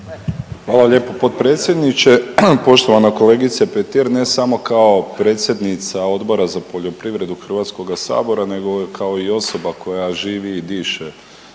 Hvala lijepo potpredsjedniče. Poštovana kolegice Petir, ne samo kao predsjednica Odbora za poljoprivredu HS-a, nego i kao osoba koja živi i diše